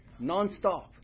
nonstop